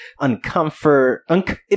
uncomfort